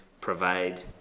provide